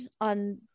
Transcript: on